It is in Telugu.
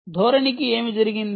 ధోరణి కి ఏమి జరిగింది